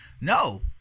No